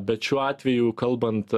bet šiuo atveju kalbant